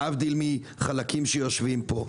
להבדיל מחלקים שיושבים פה.